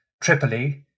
Tripoli